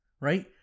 right